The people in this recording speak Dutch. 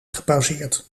gepauzeerd